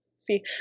See